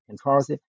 controversy